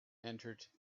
entered